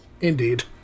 Indeed